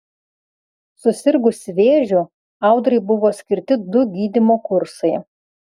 susirgusi vėžiu audrai buvo skirti du gydymo kursai